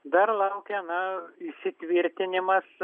dar laukia na įsitvirtinimas